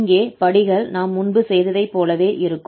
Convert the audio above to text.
இங்கே படிகள் நாம் முன்பு செய்ததைப் போலவே இருக்கும்